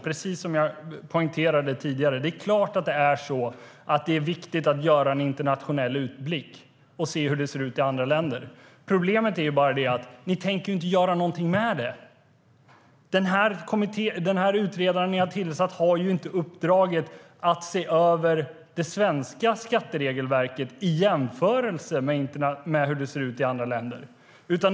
Precis som jag poängterade tidigare är det viktigt att göra en internationell utblick och se hur det ser ut i andra länder. Problemet är bara att ni inte tänker göra någonting med det. Den utredare ni har tillsatt har inte uppdraget att se över det svenska skatteregelverket i jämförelse med hur det ser ut i andra länder.